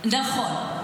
נכון.